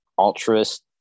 altruist